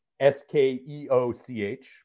S-K-E-O-C-H